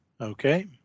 Okay